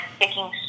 sticking